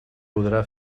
podrà